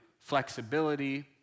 flexibility